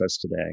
today